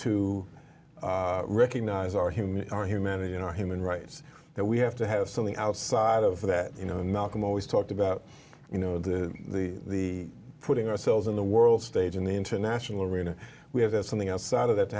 to recognize our human our humanity in our human rights that we have to have something outside of that you know malcolm always talked about you know the the the putting ourselves in the world stage in the international arena we have this something outside of that